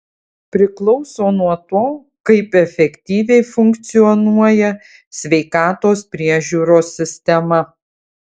priklauso nuo to kaip efektyviai funkcionuoja sveikatos priežiūros sistema